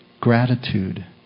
gratitude